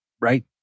right